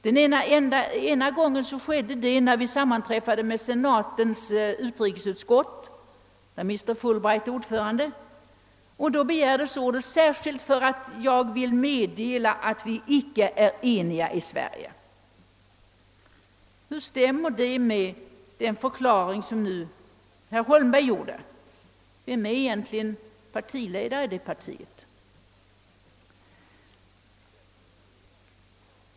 Detta skedde ena gången då vi sammanträffade med senatens utrikesutskott, i vilket Mr. Fulbright är ordförande. Vid det tillfället begärde en representant för moderata samlingspartiet ordet särskilt för att meddela att vi icke var eniga i Sverige. Hur stämmer detta med den förklaring som herr Holmberg nu avgav? Vem är egentligen ledare för moderata samlingspartiet?